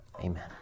Amen